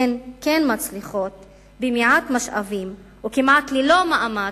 הן כן מצליחות במעט משאבים, או כמעט ללא מאמץ,